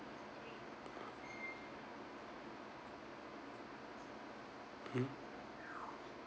hmm